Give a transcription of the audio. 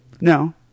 no